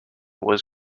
was